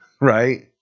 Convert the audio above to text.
right